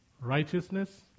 righteousness